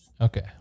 okay